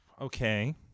Okay